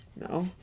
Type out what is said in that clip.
No